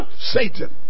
Satan